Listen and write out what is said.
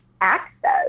access